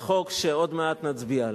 בחוק שעוד מעט נצביע עליו?